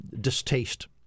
distaste